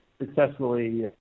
successfully